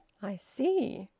i see.